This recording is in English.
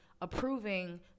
approving